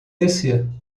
descer